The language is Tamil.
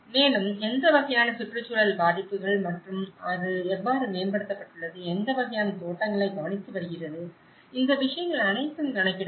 மேலும் எந்த வகையான சுற்றுச்சூழல் பாதிப்புகள் மற்றும் அது எவ்வாறு மேம்படுத்தப்பட்டுள்ளது எந்த வகையான தோட்டங்களை கவனித்து வருகிறது இந்த விஷயங்கள் அனைத்தும் கணக்கிடப்படும்